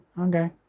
Okay